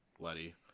Letty